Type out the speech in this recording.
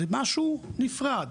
זה משהו נפרד.